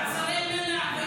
מעצרי מנע.